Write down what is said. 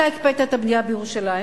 אתה הקפאת את הבנייה בירושלים,